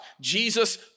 Jesus